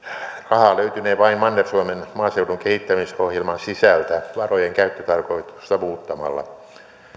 rahaa löytynee vain manner suomen maaseudun kehittämisohjelman sisältä varojen käyttötarkoitusta muuttamalla